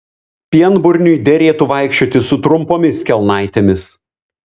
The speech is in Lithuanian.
pienburniui derėtų vaikščioti su trumpomis kelnaitėmis